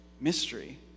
Mystery